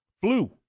Flu